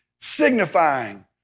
signifying